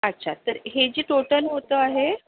अच्छा तर हे जे टोटल होतं आहे